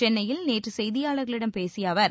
சென்னையில் நேற்று செய்தியாளர்களிடம் பேசிய அவர்